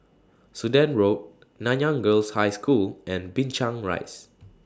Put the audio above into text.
Sudan Road Nanyang Girls' High School and Binchang Rise